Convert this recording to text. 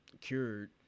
cured